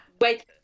wait